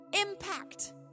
impact